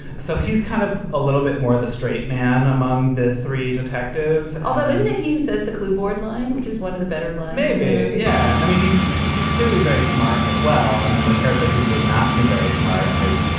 so he's kind of a little bit more of the straight man among the three detectives although even if he says the clipboard line, which is one of the better maybe. yeah. i mean, he's he's clearly very smart as well. and then the character who does not seem very smart and is,